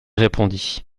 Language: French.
répondit